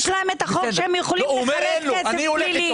יש להם החוק שהם יכולים לחלט כסף פלילי.